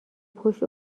پشت